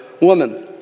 woman